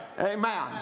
Amen